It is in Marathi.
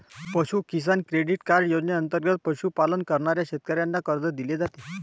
पशु किसान क्रेडिट कार्ड योजनेंतर्गत पशुपालन करणाऱ्या शेतकऱ्यांना कर्ज दिले जाते